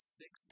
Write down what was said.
six